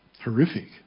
horrific